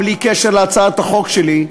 בלי קשר להצעת החוק שלי,